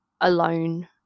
alone